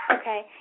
Okay